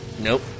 Nope